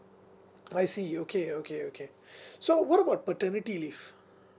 I see okay okay okay so what about paternity leave